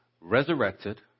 resurrected